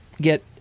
get